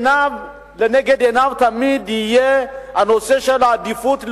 לנגד עיניו תמיד יהיה הנושא של עדיפות לאומית,